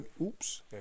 Oops